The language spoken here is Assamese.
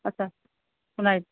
আচ্ছা সোণাৰীত